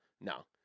no